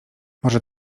może